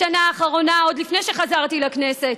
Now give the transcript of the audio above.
בשנה האחרונה, עוד לפני שחזרתי לכנסת,